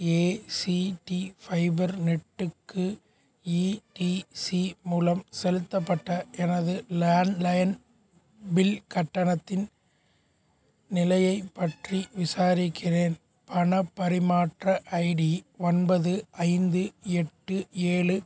ACT fibre நெட்டுக்கு ஈடிசி மூலம் செலுத்தப்பட்ட எனது லேண்ட்லைன் பில் கட்டணத்தின் நிலையைப் பற்றி விசாரிக்கிறேன் பணப் பரிமாற்ற ஐடி ஒன்பது ஐந்து எட்டு ஏழு